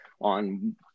on